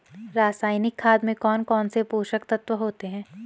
रासायनिक खाद में कौन कौन से पोषक तत्व होते हैं?